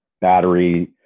battery